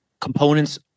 components